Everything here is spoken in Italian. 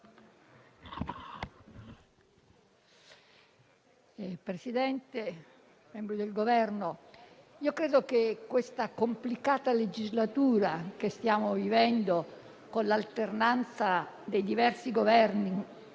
Presidente, rappresentanti del Governo, credo che questa complicata legislatura che stiamo vivendo, con l'alternanza dei diversi Governi